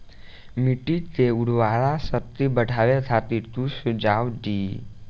मिट्टी के उर्वरा शक्ति बढ़ावे खातिर कुछ सुझाव दी?